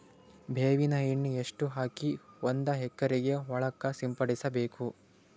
ಬೇವಿನ ಎಣ್ಣೆ ಎಷ್ಟು ಹಾಕಿ ಒಂದ ಎಕರೆಗೆ ಹೊಳಕ್ಕ ಸಿಂಪಡಸಬೇಕು?